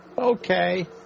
Okay